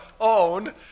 own